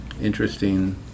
interesting